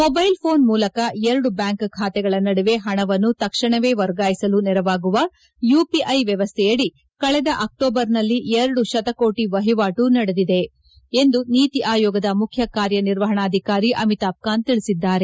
mobile phone ಮೂಲಕ ಎರಡು bank ಖಾತೆಗಳ ನಡುವೆ ಹಣವನ್ನು ತಕ್ಷಣವೇ ವರ್ಗಾಯಿಸಲು ನೆರವಾಗುವ ಯುಪಿಐ ವ್ಕವಸ್ಥೆಯಡಿ ಕಳೆದ ಆಕ್ಟೋಬರ್ನಲ್ಲಿ ಎರಡು ಶತಕೋಟಿ ವಹಿವಾಟುಗಳು ನಡೆದಿವೆ ಎಂದು ನೀತಿ ಆಯೋಗದ ಮುಖ್ಯ ಕಾರ್ಯ ನಿರ್ವಹಣಾಧಿಕಾರಿ ಅಮಿತಾಬ್ ಕಾಂತ್ ತಿಳಿಸಿದ್ದಾರೆ